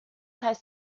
heißt